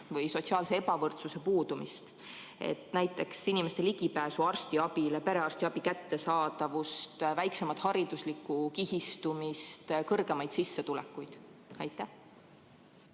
või sotsiaalse ebavõrdsuse puudumist, näiteks inimeste ligipääsu arstiabile, perearstiabi kättesaadavust, väiksemat hariduslikku kihistumist, suuremat sissetulekut? Aitäh!